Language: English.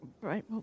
right